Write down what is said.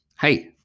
Hey